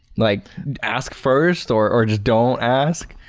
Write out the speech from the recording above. like ask first or or just don't ask?